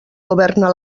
governa